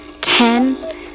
ten